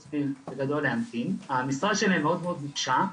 המשרה שלהם מאוד נוקשה,